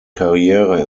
karriere